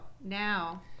now